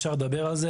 אפשר לדבר על זה,